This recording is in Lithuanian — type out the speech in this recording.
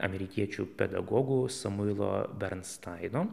amerikiečių pedagogų samuilo bernstaino